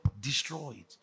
destroyed